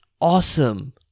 awesome